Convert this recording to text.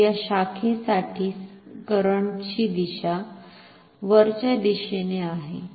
तर या शाखेसाठी करंटची दिशा वरच्या दिशेने आहे